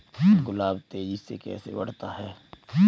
गुलाब तेजी से कैसे बढ़ता है?